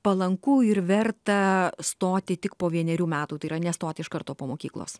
palanku ir verta stoti tik po vienerių metų tai yra nestoti iš karto po mokyklos